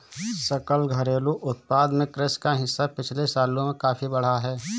सकल घरेलू उत्पाद में कृषि का हिस्सा पिछले सालों में काफी बढ़ा है